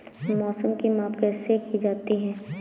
मौसम की माप कैसे की जाती है?